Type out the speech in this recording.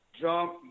jump